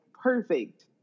perfect